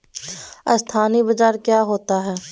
अस्थानी बाजार क्या होता है?